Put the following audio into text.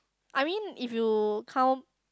I mean if you count